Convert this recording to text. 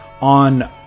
on